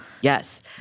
Yes